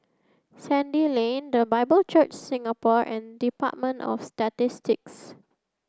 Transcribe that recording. Sandy Lane The Bible Church Singapore and Department of Statistics